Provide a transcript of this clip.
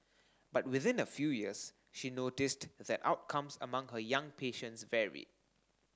but within a few years she noticed that outcomes among her young patients varied